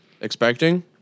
expecting